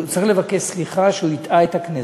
הוא צריך לבקש סליחה על כך שהוא הטעה את הכנסת.